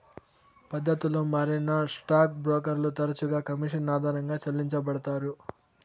పద్దతులు మారినా స్టాక్ బ్రోకర్లు తరచుగా కమిషన్ ఆధారంగా చెల్లించబడతారు